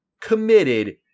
committed